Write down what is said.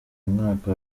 mwaka